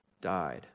died